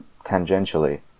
tangentially